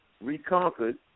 reconquered